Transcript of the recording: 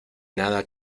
nada